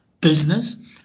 business